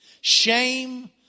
shame